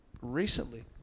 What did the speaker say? Recently